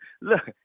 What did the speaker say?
Look